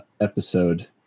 episode